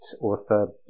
author